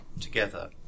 together